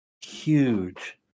Huge